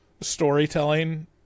storytelling